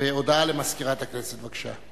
הודעה למזכירת הכנסת, בבקשה.